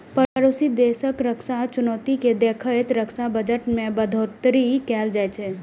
पड़ोसी देशक रक्षा चुनौती कें देखैत रक्षा बजट मे बढ़ोतरी कैल जाइ छै